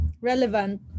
relevant